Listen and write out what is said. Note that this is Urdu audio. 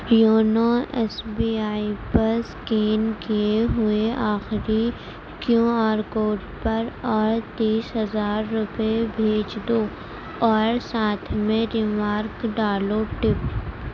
یونو ایس بی آئی پر اسکین کیے ہوئے آخری کیو آر کوڈ پر اور تیس ہزار روپے بھیج دو اور ساتھ میں ریمارک ڈالو ٹپ